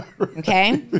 okay